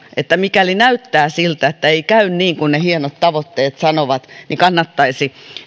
että mikäli näyttää siltä että ei käy niin kuin ne hienot tavoitteet sanovat niin kannattaisi